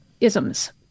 isms